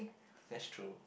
that's true